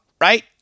right